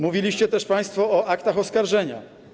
Mówiliście też państwo o aktach oskarżenia.